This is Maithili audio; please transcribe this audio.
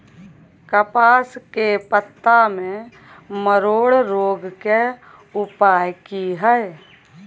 कपास के पत्ता में मरोड़ रोग के उपाय की हय?